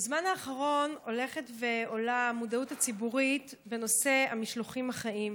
בזמן האחרון הולכת ועולה המודעות הציבורית בנושא המשלוחים החיים.